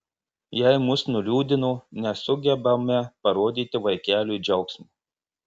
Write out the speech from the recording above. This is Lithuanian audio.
jei mus nuliūdino nesugebame parodyti vaikeliui džiaugsmo